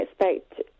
expect